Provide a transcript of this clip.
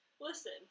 Listen